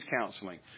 counseling